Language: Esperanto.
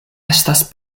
estas